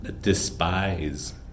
despise